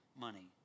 money